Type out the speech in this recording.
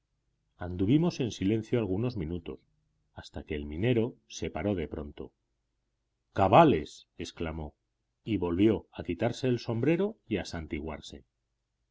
anduvimos en silencio algunos minutos hasta que el minero se paró de pronto cabales exclamó y volvió a quitarse el sombrero y a santiguarse